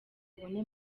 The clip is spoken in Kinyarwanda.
abone